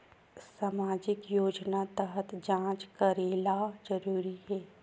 सामजिक योजना तहत जांच करेला जरूरी हे